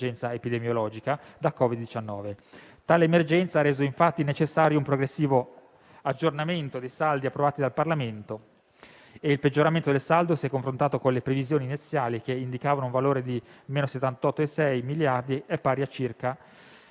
alle conseguenze dell'emergenza epidemiologica da Covid-19. Tale emergenza ha reso infatti necessario un progressivo aggiornamento dei saldi approvati dal Parlamento e il peggioramento del saldo, se confrontato con le previsioni iniziali, che indicavano un valore di -78,6 miliardi di euro, è pari a circa 192,3 miliardi